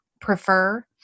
prefer